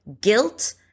Guilt